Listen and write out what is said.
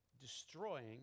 destroying